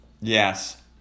Yes